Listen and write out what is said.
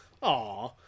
Aw